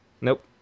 Nope